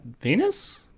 Venus